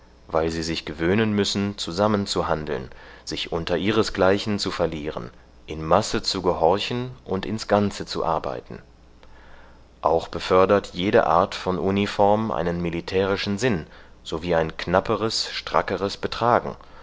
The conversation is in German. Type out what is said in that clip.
weil sie sich gewöhnen müssen zusammen zu handeln sich unter ihresgleichen zu verlieren in masse zu gehorchen und ins ganze zu arbeiten auch befördert jede art von uniform einen militärischen sinn sowie ein knapperes strackeres betragen